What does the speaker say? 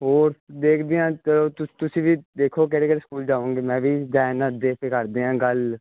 ਹੋਰ ਦੇਖਦੇ ਹਾਂ ਜੋ ਤੁਸ ਤੁਸੀਂ ਵੀ ਦੇਖੋ ਕਿਹੜੇ ਕਿਹੜੇ ਸਕੂਲ ਜਾਓਗੇ ਮੈਂ ਵੀ ਜਾ ਆਉਣਾ ਦੇਖ ਕੇ ਕਰਦੇ ਹਾਂ ਗੱਲ